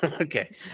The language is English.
Okay